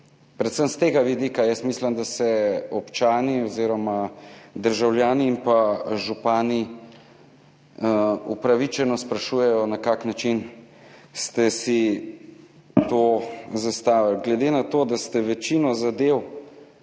Predvsem s tega vidika jaz mislim, da se občani oziroma državljani in pa župani upravičeno sprašujejo, na kakšen način ste si to zastavili. Glede na to, da ste večino zadev